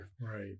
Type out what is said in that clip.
Right